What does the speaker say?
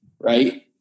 right